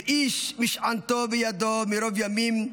ואיש משענתו בידו מרב ימים.